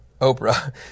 Oprah